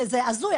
זה הזוי.